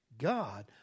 God